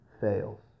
fails